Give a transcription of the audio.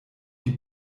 die